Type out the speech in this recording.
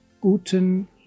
Guten